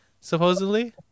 supposedly